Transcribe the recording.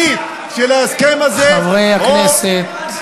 היום, התוצאה הראשונית של ההסכם הזה, חברי הכנסת,